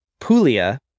Puglia